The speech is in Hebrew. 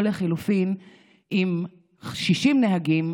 או לחלופין עם שישה נהגים,